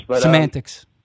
semantics